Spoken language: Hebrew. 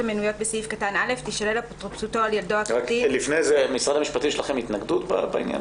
משרד המשפטים, יש לכם התנגדות בעניין?